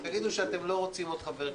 תגידו שאתם לא רוצים עוד חבר כנסת,